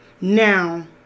Now